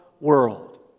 world